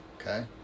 Okay